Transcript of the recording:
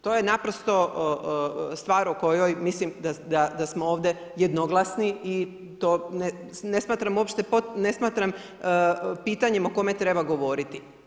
To je naprosto stvar o kojoj mislim da smo ovde jednoglasni i to ne smatram uopšte, ne smatram pitanjem o kome treba govoriti.